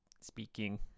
speaking